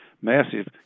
massive